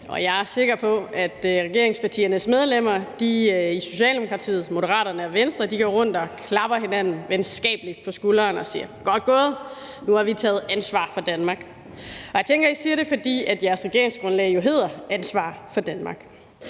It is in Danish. jeg er sikker på, at regeringspartiernes medlemmer i Socialdemokratiet, Moderaterne og Venstre går rundt og klapper hinanden venskabeligt på skulderen og siger: Godt gået, nu har vi taget ansvar for Danmark. Jeg tænker, at I siger det, fordi jeres regeringsgrundlag jo hedder »Ansvar for Danmark«.